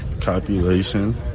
Copulation